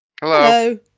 Hello